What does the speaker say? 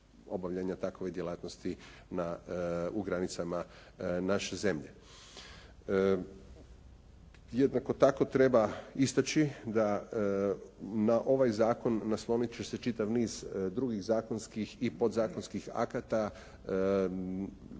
obavljanja takove djelatnosti u granicama naše zemlje. Jednako tako treba istaći da na ovaj zakon naslonit će se čitav niz drugih zakonskih i podzakonskih akata